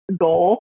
goal